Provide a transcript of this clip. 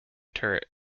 turret